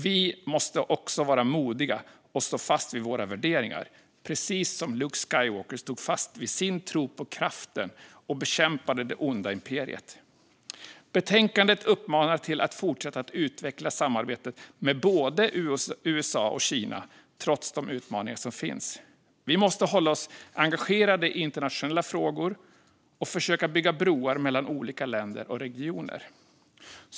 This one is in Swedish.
Vi måste också vara modiga och stå fast vid våra värderingar, precis som Luke Skywalker stod fast vid sin tro på Kraften och bekämpade det onda Imperiet. Betänkandet uppmanar till att fortsätta att utveckla samarbetet med både USA och Kina, trots de utmaningar som finns. Vi måste hålla oss engagerade i internationella frågor och försöka bygga broar mellan olika länder och regioner.